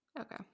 Okay